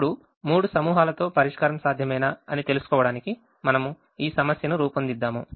ఇప్పుడు 3 సమూహాల తో పరిష్కారం సాధ్యమేనా అని తెలుసుకోవడానికి మనము ఈ సమస్యను రూపొందిద్దాము